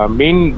main